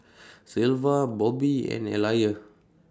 Sylva Bobbi and Elijah